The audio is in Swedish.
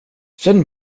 känn